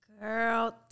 girl